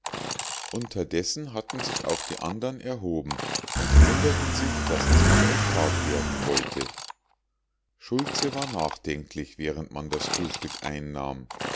unterdessen hatten sich auch die andern erhoben und wunderten sich daß es noch nicht tag werden wollte schultze war nachdenklich während man das frühstück einnahm